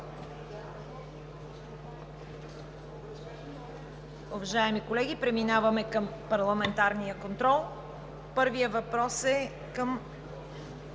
Уважаеми колеги, преминаваме към Парламентарния контрол. Първият въпрос е към